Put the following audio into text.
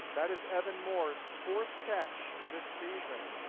that is evan moore's fourth catch this season.